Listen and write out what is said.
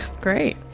Great